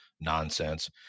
nonsense